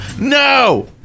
no